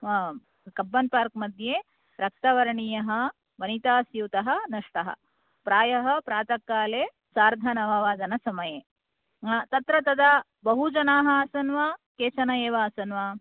कब्बन्पार्क् मध्ये रक्तवर्णीयः वनिता स्यूतः नष्टः प्रायः प्रात काले सार्धनववादन समये तत्र तदा बहु जनाः आसन् वा केचन एव आसन् वा